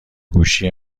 گوشی